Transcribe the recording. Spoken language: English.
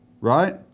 right